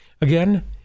Again